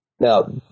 Now